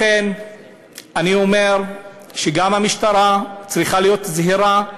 לכן אני אומר שגם המשטרה צריכה להיות זהירה,